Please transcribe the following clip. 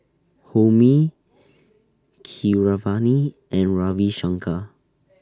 Homi Keeravani and Ravi Shankar